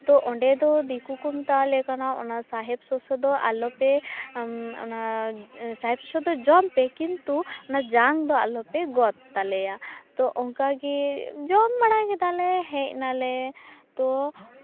ᱛᱚ ᱚᱸᱰᱮ ᱫᱚ ᱫᱤᱠᱩ ᱠᱚ ᱢᱮᱛᱣᱟᱞᱮ ᱠᱟᱱᱟ ᱚᱱᱟ ᱥᱟᱦᱮᱵᱽ ᱥᱚᱥᱚ ᱫᱚ ᱟᱞᱚ ᱯᱮ ᱚᱱᱟ ᱥᱟᱦᱮᱵᱽ ᱥᱚᱥᱚ ᱫᱚ ᱡᱚᱢ ᱯᱮ ᱠᱤᱱᱛᱩ ᱚᱱᱟ ᱡᱟᱝ ᱫᱚ ᱟᱞᱚ ᱯᱮ ᱜᱚᱫ ᱛᱟᱞᱮᱭᱟ ᱛᱚ ᱚᱱᱠᱟᱜᱮ ᱡᱚᱢ ᱵᱟᱲᱟ ᱠᱮᱫᱟᱞᱮ ᱦᱮᱡ ᱱᱟᱞᱮ ᱛᱚ